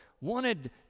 wanted